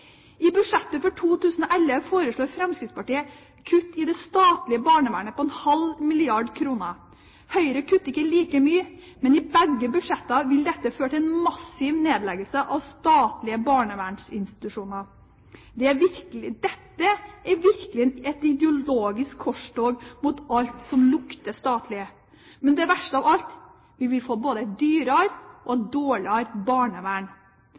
I budsjettet for 2011 foreslår Fremskrittspartiet kutt i det statlige barnevernet på en halv milliard kroner. Høyre kutter ikke like mye, men begge budsjettene ville ført til en massiv nedleggelse av statlige barnevernsinstitusjoner. Dette er virkelig et ideologisk korstog mot alt som lukter statlig, men det verste av alt er at vi vil få et både dyrere og dårligere barnevern.